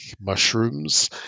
mushrooms